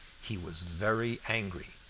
he was very angry,